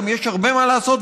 גם יש הרבה מה לעשות,